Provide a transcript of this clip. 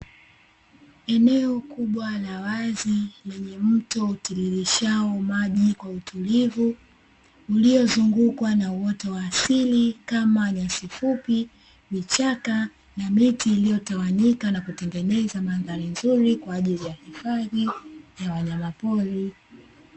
Eneo kubwa la wazi lenye mto utiririshao maji kwa utulivu uliozungukwa na uoto wa asili kama nyasi fupi vichaka na miti, iliyotawanyika na kutengeneza mandhari nzuri kwa ajili ya hifadhi ya wanyamapori.